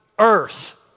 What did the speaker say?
Earth